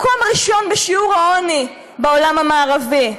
מקום ראשון בשיעור העוני בעולם המערבי,